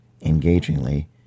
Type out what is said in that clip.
engagingly